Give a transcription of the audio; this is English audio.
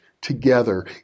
together